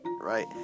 Right